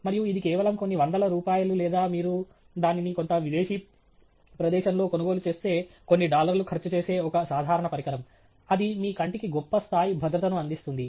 మరియు ఇది కేవలం కొన్ని వందల రూపాయలు లేదా మీరు దానిని కొంత విదేశీ ప్రదేశంలో కొనుగోలు చేస్తే కొన్ని డాలర్లు ఖర్చు చేసే ఒక సాధారణ పరికరం అది మీ కంటికి గొప్ప స్థాయి భద్రతను అందిస్తుంది